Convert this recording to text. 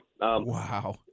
Wow